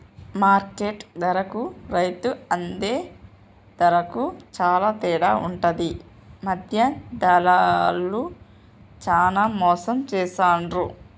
market ధరకు రైతు అందే ధరకు చాల తేడా ఉంటది మధ్య దళార్లు చానా మోసం చేస్తాండ్లు